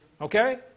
Okay